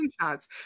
screenshots